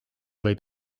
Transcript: võib